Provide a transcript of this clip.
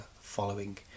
following